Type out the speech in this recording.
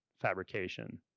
fabrication